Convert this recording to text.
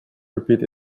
repeat